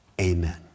amen